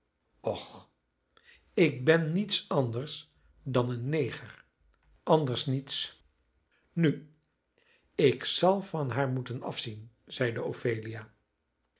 och ik ben niets anders dan een neger anders niets nu ik zal van haar moeten afzien zeide ophelia